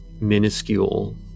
minuscule